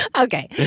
okay